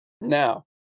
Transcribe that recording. Now